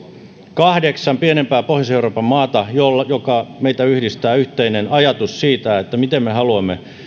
kahdeksan pienempää pohjois euroopan maata ja meitä yhdistää yhteinen ajatus siitä miten me haluamme